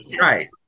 Right